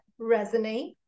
resonate